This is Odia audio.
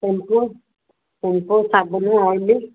ସେମ୍ପୁ ସେମ୍ପୁ ସାବନ ଆଏଲ୍